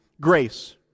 grace